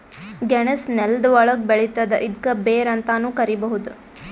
ಗೆಣಸ್ ನೆಲ್ದ ಒಳ್ಗ್ ಬೆಳಿತದ್ ಇದ್ಕ ಬೇರ್ ಅಂತಾನೂ ಕರಿಬಹುದ್